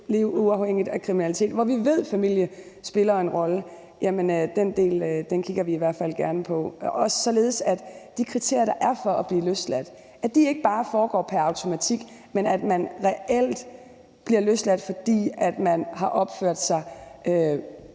liv uafhængigt af kriminalitet – og vi ved, at familien spiller en rolle – kigger vi i hvert fald gerne på det, også således, at det at blive løsladt ikke bare foregår pr. automatik, men at man reelt bliver løsladt, fordi man har opført sig